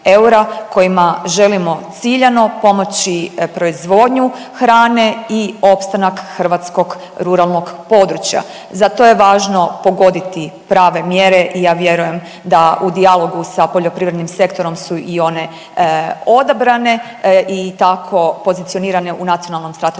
kojima želimo ciljano pomoći proizvodnju hrane i opstanak hrvatskog ruralnog područja. Zato je važno pogoditi prave mjere i ja vjerujem da u dijalogu sa poljoprivrednim sektorom su i one odabrane i tako pozicionirane u Nacionalnom strateškom